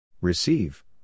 Receive